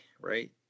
right